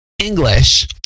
English